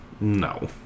no